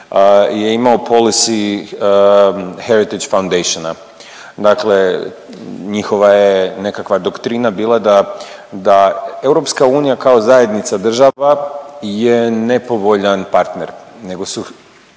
je imao policy Heritag Foundation dakle njihova je nekakva doktrina bila da, da EU kao zajednica država je nepovoljan partner, nego su